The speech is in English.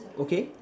okay